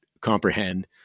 comprehend